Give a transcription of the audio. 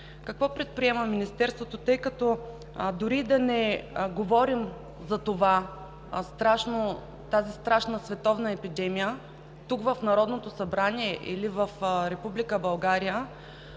какво предприема Министерството, тъй като дори и да не говорим за тази страшна световна епидемия тук, в Народното събрание, или в Република